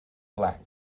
black